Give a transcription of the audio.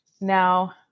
Now